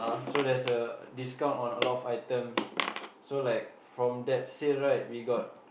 so there's a discount on a lot of items so like from that sale right we got